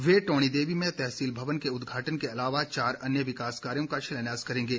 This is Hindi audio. वे टौणी देवी में तहसील भवन के उदघाटन के अलावा चार अन्य विकास कार्यो का शिलान्यास करेंगे